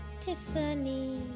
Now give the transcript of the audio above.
Tiffany